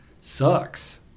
sucks